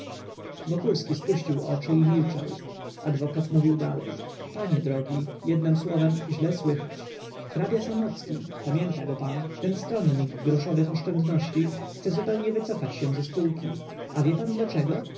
chininy wokulski spuścił oczy i milczał adwokat mówił dalej panie drogi jednem słowem źle słychać hrabia sanocki pamięta go pan ten stronnik groszowych oszczędności chce zupełnie wycofać się ze spółki a wie pan dlaczego